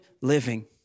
living